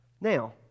Now